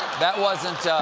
that wasn't